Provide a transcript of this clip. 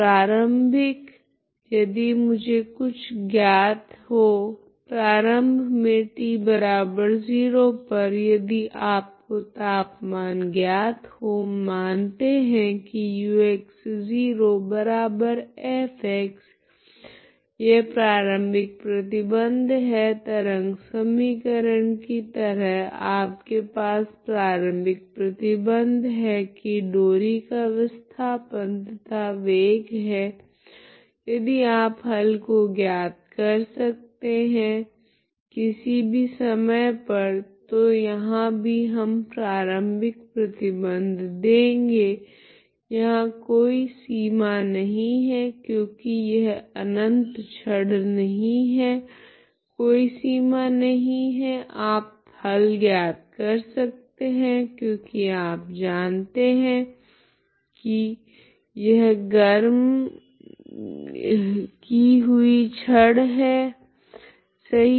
प्रारम्भिक यदि मुझे कुछ ज्ञात हो प्रारम्भ मे t0 पर यदि आपको तापमान ज्ञात हो मानते है की ux0f यह प्रारम्भिक प्रतिबंध है तरंग समीकरण की तरह आपके पास प्रारम्भिक प्रतिबंध है की डोरी का विस्थापन तथा वेग है यदि आप हल को ज्ञात कर सकते है किसी भी समय पर तो यहाँ भी हम प्रारम्भिक प्रतिबंध देगे यहाँ कोई सीमा नहीं है क्योकि यह अनंत छड़ नहीं है कोई सीमा नहीं है आप हल ज्ञात कर सकते है क्योकि आप जानते है की यह गर्म की हुए छड़ है सही